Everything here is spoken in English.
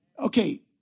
Okay